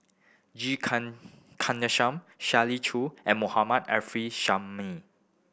G Kandasamy Shirley Chew and Mohammad Arif Suhaimi